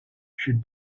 should